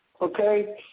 Okay